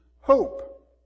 hope